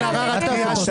אתה יוצא החוצה.